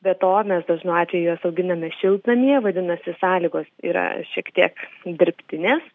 be to mes dažnu atveju juos auginame šiltnamyje vadinasi sąlygos yra šiek tiek dirbtinės